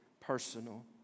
personal